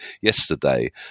yesterday